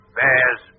bears